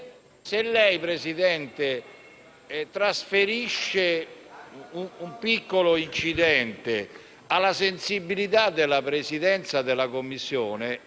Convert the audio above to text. Signor Presidente, se lei trasferisce un piccolo incidente alla sensibilità della Presidenza della Commissione,